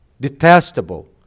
detestable